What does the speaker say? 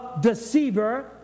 deceiver